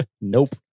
Nope